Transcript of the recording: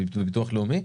בביטוח לאומי?